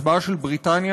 ההצבעה של בריטניה,